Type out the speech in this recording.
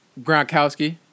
Gronkowski